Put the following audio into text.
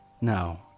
No